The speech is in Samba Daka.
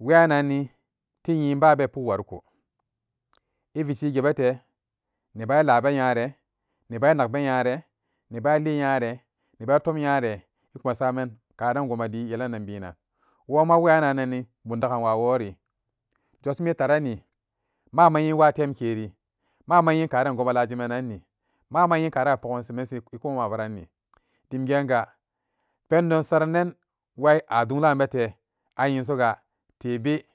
wayannanni ba be puk waruko iveshi gerete nebala be nyari neba nakbe nare neba linyare nebatom nyare ibasaman karan ibali yelinen benan woma weyananni bumdagan wa wori josimi tarani mama nye watomkeri mama nye karan gomalajimananni mamanye karan gona pugan shiman shin demge ga pendon saranan wai a dunlabete ayen soga tebe.